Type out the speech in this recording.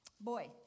boy